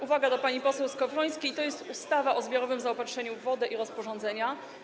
Uwaga do pani poseł Skowrońskiej: To jest ustawa o zbiorowym zaopatrzeniu w wodę i rozporządzenia.